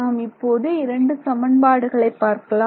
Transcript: நாம் இப்போது இரண்டு சமன்பாடுகளை பார்க்கலாம்